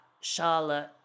Charlotte